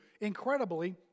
incredibly